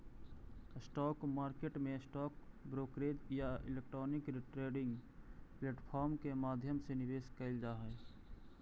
stock market में stock brokerage या electronic trading platform के माध्यम से निवेश कैल जा हइ